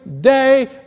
day